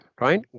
right